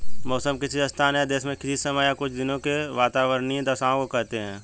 मौसम किसी स्थान या देश में किसी समय या कुछ दिनों की वातावार्नीय दशाओं को कहते हैं